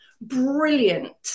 brilliant